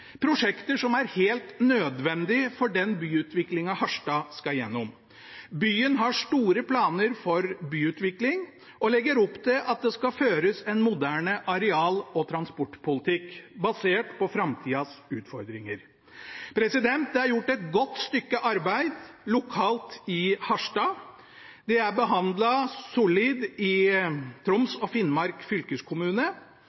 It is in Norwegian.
prosjekter som er helt nødvendige for den byutviklingen Harstad skal gjennom. Byen har store planer for byutvikling og legger opp til at det skal føres en moderne areal- og transportpolitikk basert på framtidas utfordringer. Det er gjort et godt stykke arbeid lokalt i Harstad. Det er solid behandlet i